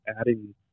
adding